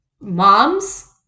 moms